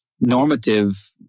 normative